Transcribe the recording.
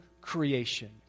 creation